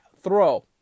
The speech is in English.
throw